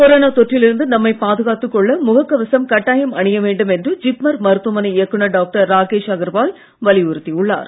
corona தொற்றிலிருந்து நம்மை பாதுகாத்துக்கொள்ள முகக் கவசம் கட்டாயம் அணியவேண்டும் என்று ஜிப்மர் மருத்துவமனை இயக்குனர் டாக்டர் ராகேஷ் அகர்வால் வலியுறுத்தி உள்ளார்